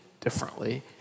differently